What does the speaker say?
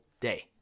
day